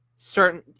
certain